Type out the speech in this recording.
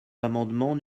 l’amendement